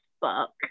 book